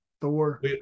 Thor